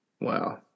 Wow